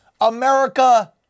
America